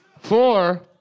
four